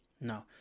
no